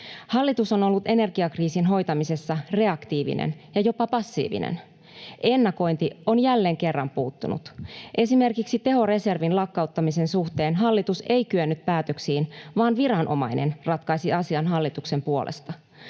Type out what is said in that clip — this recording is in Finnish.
Hallitus on ollut energiakriisin hoitamisessa reaktiivinen ja jopa passiivinen. Ennakointi on jälleen kerran puuttunut. Esimerkiksi tehoreservin lakkauttamisen suhteen hallitus ei kyennyt päätöksiin, vaan viranomainen ratkaisi asian hallituksen puolesta.